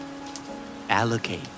allocate